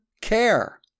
care